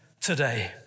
today